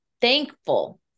thankful